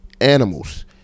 Animals